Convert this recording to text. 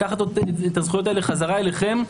לקחת את הזכויות האלה חזרה אליכם,